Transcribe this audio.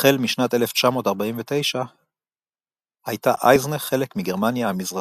החל משנת 1949 הייתה אייזנך חלק מגרמניה המזרחית.